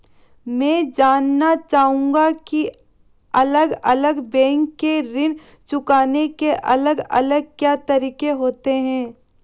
मैं जानना चाहूंगा की अलग अलग बैंक के ऋण चुकाने के अलग अलग क्या तरीके होते हैं?